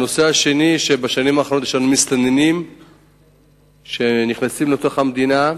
הנושא השני הוא שבשנים האחרונות יש לנו מסתננים שנכנסים לתוך המדינה,